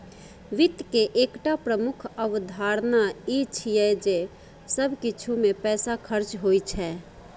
वित्त के एकटा प्रमुख अवधारणा ई छियै जे सब किछु मे पैसा खर्च होइ छै